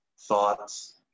thoughts